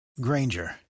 Granger